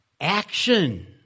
action